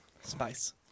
Spice